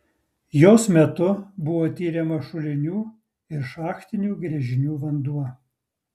jos metu buvo tiriamas šulinių ir šachtinių gręžinių vanduo